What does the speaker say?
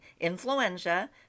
influenza